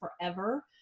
forever